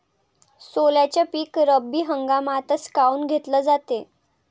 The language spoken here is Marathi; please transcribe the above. सोल्याचं पीक रब्बी हंगामातच काऊन घेतलं जाते?